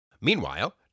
Meanwhile